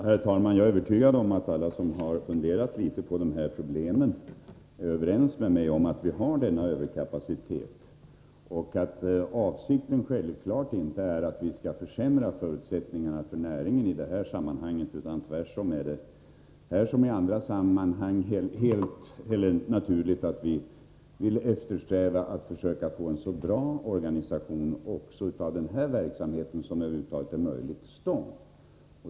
Herr talman! Jag är övertygad om att alla som funderat litet på dessa problem är överens med mig om att vi har denna överkapacitet. Avsikten är självfallet inte att vi skall försämra förutsättningarna för näringen i detta sammanhang. Tvärtom är det i detta fall liksom i andra sammanhang helt naturligt att vi eftersträvar att försöka få en så bra organisation av verksamheten som det över huvud taget är möjligt.